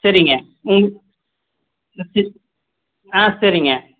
சரிங்க ம் ஆ சரிங்க